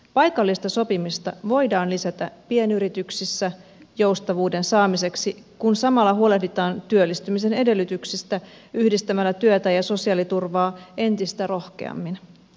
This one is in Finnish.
paikallista sopimista voidaan lisätä pienyrityksissä joustavuuden saamiseksi kun samalla huolehditaan työllistymisen edellytyksistä yhdistämällä työtä ja sosiaaliturvaa entistä rohkeammin